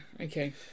okay